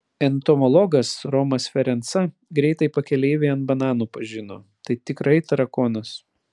entomologas romas ferenca greitai pakeleivį ant bananų pažino tai tikrai tarakonas